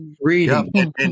reading